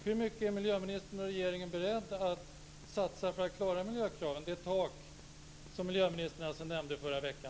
Hur mycket är miljöministern och regeringen beredda att satsa för att klara miljökraven. Var ligger alltså det tak som miljöministern nämnde förra veckan?